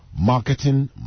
marketing